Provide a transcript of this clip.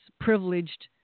privileged